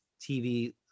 TV